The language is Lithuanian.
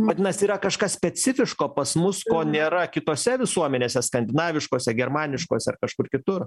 vadinasi yra kažkas specifiško pas mus ko nėra kitose visuomenėse skandinaviškose germaniškose ar kažkur kitur